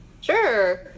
Sure